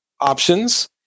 options